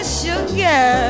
sugar